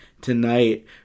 tonight